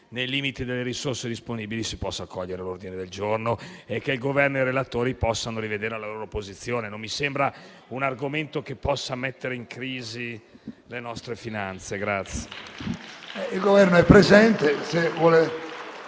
nei limiti delle risorse disponibili, si possa accogliere l'ordine del giorno e il Governo e i relatori possano rivedere la loro posizione. Non mi sembra un argomento che possa mettere in crisi le nostre finanze.